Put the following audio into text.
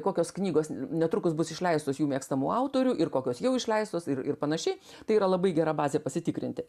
kokios knygos netrukus bus išleistos jų mėgstamų autorių ir kokios jau išleistos ir ir panašiai tai yra labai gera bazė pasitikrinti